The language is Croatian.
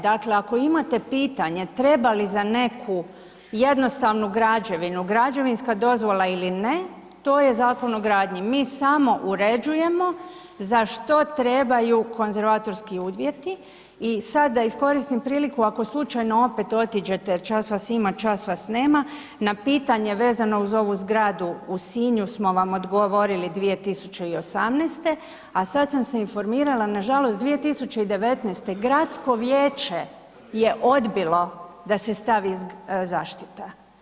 Dakle, ako imate pitanje treba li za neku jednostavnu građevinu građevinska dozvola ili ne, to je Zakon o gradnji, mi samo uređujemo za što trebaju konzervatorski uvjeti i sad da iskoristim priliku ako slučajno opet otiđete, čas vas ima, čas vas nema, na pitanje vezano uz ovu zgradu u Sinju smo vam odgovorili 2018., a sad sam se informirala, nažalost 2019. gradsko vijeće je odbilo da se stavi zaštita.